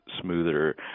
smoother